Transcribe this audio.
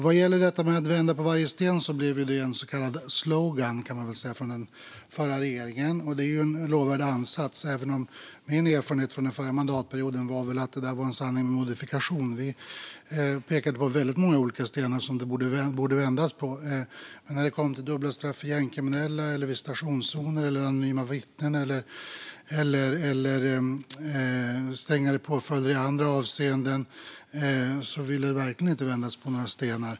Vad gäller att vända på varje sten blev ju det en så kallad slogan från den förra regeringen. Det är ju en lovvärd ansats, även om min erfarenhet från förra mandatperioden var att detta var en sanning med modifikation. Vi pekade på väldigt många stenar som det borde vändas på, men när det kom till dubbla straff för gängkriminella, visitationszoner, anonyma vittnen eller strängare påföljder i andra avseenden ville man verkligen inte vända på några stenar.